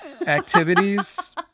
activities